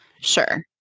sure